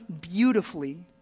beautifully